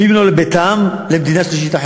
ואם לא לביתם, למדינה שלישית,